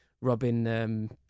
Robin